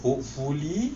hopefully